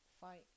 fight